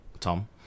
Tom